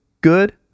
good